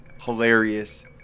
hilarious